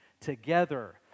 together